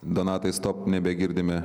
donatai stop nebegirdime